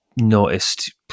noticed